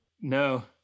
No